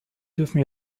dürfen